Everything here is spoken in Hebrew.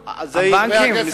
הבנקים?